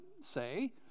say